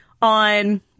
on